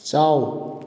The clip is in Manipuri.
ꯆꯥꯎ